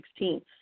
2016